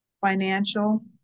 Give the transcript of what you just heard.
financial